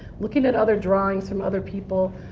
looking at other drawings from other people.